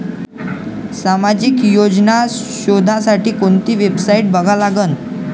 सामाजिक योजना शोधासाठी कोंती वेबसाईट बघा लागन?